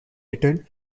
return